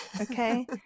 Okay